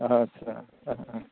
आदसा